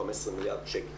או 15 מיליארד שקל.